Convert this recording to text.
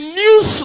news